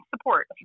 support